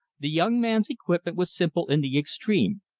the young man's equipment was simple in the extreme.